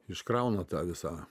iškrauna tą visą